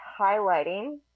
highlighting